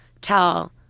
tell